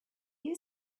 you